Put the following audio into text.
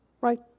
right